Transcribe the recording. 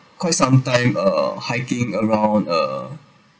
quite sometime ah hiking around uh